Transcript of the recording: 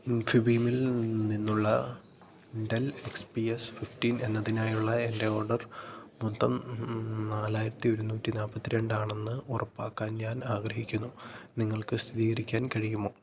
ഇൻഫിബീമിൽ നിന്നുള്ള Dell X P S fifteen എന്നതിനായുള്ള എന്റെ ഓഡർ മൊത്തം നാലായിരത്തി ഒരുന്നൂറ്റി നാല്പത്തി രണ്ടാണെന്ന് ഉറപ്പാക്കാൻ ഞാൻ ആഗ്രഹിക്കുന്നു നിങ്ങൾക്കു സ്ഥിരീകരിക്കാൻ കഴിയുമോ